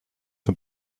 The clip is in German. dem